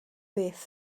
beth